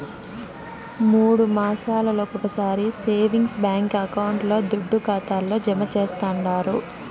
మూడు మాసాలొకొకసారి సేవింగ్స్ బాంకీ అకౌంట్ల దుడ్డు ఖాతాల్లో జమా చేస్తండారు